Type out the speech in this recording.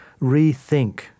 rethink